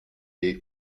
jej